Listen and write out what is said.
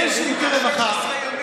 אין שירותי רווחה.